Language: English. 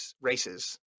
races